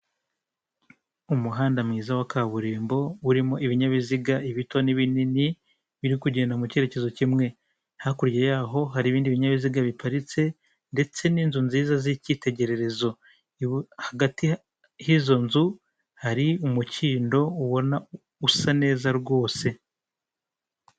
Umuhanda mwiza wa kaburimbo urimo ibinyabiziga ibito n'ibinini, biri kugenda mu cyerekezo kimwe, hakurya yaho hari ibindi binyabiziga biparitse ndetse n'inzu nziza z'icyitegererezo hagati h'izo nzu hari umukindo ubona usa neza rwose.